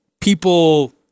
people